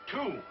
Two